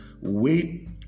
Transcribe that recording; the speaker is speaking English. Wait